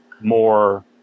more